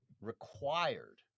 required